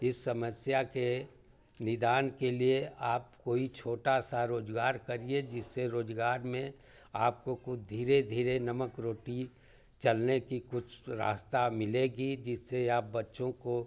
इस समस्या के निदान के लिए आप कोई छोटा सा रोजगार करिए जिससे रोजगार में आपको कुछ धीरे धीरे नमक रोटी चलने की कुछ रास्ता मिलेगी जिससे आप बच्चों को